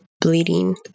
bleeding